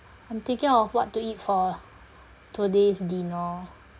I'm thinking of what to eat for today's dinner